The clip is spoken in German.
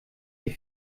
die